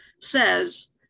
says